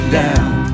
down